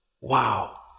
Wow